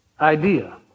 idea